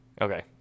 Okay